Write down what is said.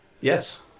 Yes